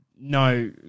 no –